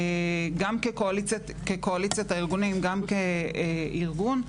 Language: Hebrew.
גם כקואליציית הארגונים וגם כארגון,